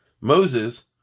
Moses